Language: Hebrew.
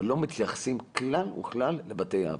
ולא מתייחסים כלל וכלל לבתי אב.